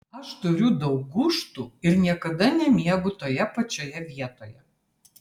aš turiu daug gūžtų ir niekada nemiegu toje pačioje vietoje